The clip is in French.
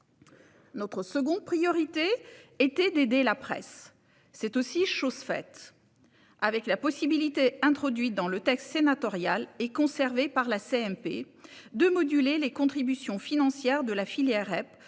Notre seconde priorité était d'aider la presse : c'est aussi chose faite, avec la possibilité, introduite dans le texte sénatorial et conservée par la commission mixte paritaire, de moduler les contributions financières de la filière REP